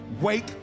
Wake